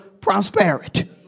prosperity